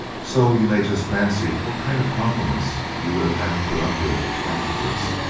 so you may just fancy what kind of compliments you would have had to put up with afterwards.